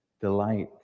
delight